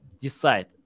decide